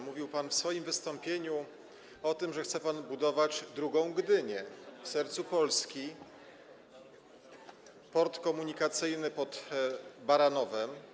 Mówił pan w swoim wystąpieniu o tym, że chce pan budować drugą Gdynię w sercu Polski, port komunikacyjny pod Baranowem.